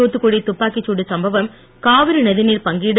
தூத்துக்குடி துப்பாக்கி தடு சம்பவம் காவிரி நதி நீர் பங்கிடு